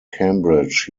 cambridge